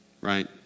Right